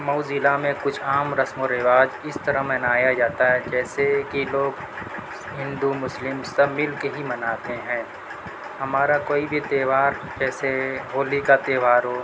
مئو ضلع میں کچھ عام رسم و رواج اس طرح منایا جاتا ہے جیسے کہ لوگ ہندو مسلم سب مل کے ہی مناتے ہیں ہمارا کوئی بھی تہوار جیسے ہولی کا تہوار ہو